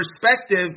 perspective